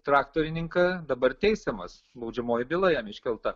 traktorininką dabar teisiamas baudžiamoji byla jam iškelta